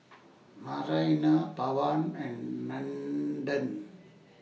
Narayana Pawan and Nandan